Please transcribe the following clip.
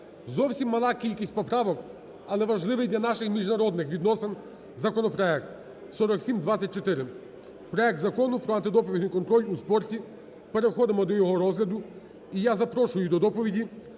Зовсім мала кількість поправок, але важливий для наших міжнародних відносин законопроект. 4724: проект Закону про антидопінговий контроль у спорті. Переходимо до його розгляду. І я запрошую до доповіді